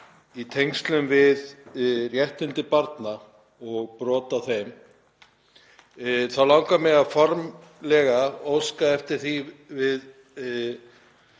í tengslum við réttindi barna og brot á þeim þá langar mig formlega að óska eftir því við